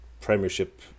Premiership